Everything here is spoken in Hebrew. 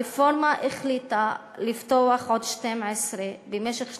ברפורמה הוחלט לפתוח עוד 12 במשך שנתיים-שלוש.